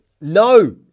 No